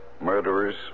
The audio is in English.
murderers